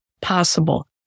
possible